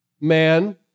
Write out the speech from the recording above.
man